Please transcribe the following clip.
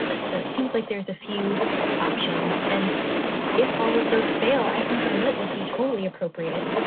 so it seems like there's a few options. and if all of those fail, i think a note would be totally appropriate.